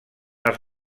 els